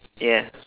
ya